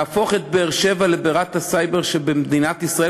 להפוך את באר-שבע לבירת הסייבר במדינת ישראל,